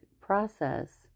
process